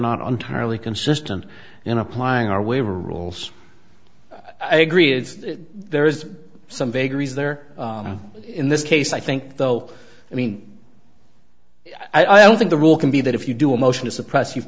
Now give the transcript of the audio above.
not entirely consistent in applying our waiver rules i agree there is some vagaries there in this case i think though i mean i don't think the rule can be that if you do a motion to suppress you